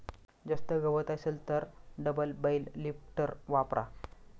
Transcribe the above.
जास्त गवत असेल तर डबल बेल लिफ्टर वापरा